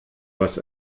was